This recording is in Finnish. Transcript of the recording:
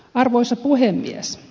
arvoisa puhemies